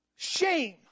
Shame